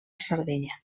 sardenya